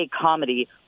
comedy